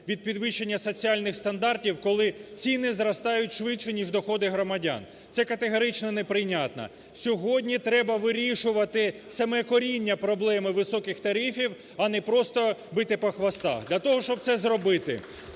від підвищення соціальних стандартів, коли ціни зростають швидше, ніж доходи громадян. Це категорично неприйнятно. Сьогодні треба вирішувати саме коріння проблеми високих тарифів, а не просто бити по хвастах. Для того, щоб це зробити,